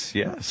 yes